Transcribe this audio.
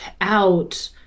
out